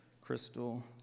Crystal